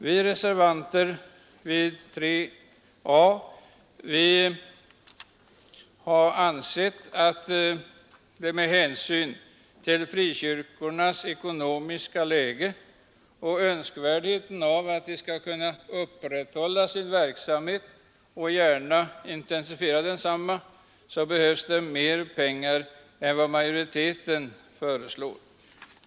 Vi som skrivit under reservationen 3 a anser att det, med hänsyn till frikyrkornas ekonomiska ställning och önskvärdheten av att de skall kunna upprätthålla sin verksamhet och gärna intensifiera den, behövs mer pengar än vad utskottsmajoriteten föreslår.